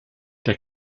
der